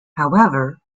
however